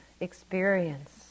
experience